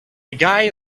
guy